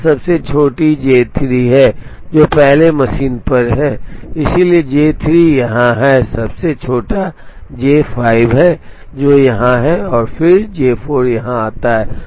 तीसरी सबसे छोटी जे 3 है जो पहली मशीन पर है इसलिए जे 3 यहां है सबसे छोटा जे 5 है जो यहां है और फिर जे 4 यहां आता है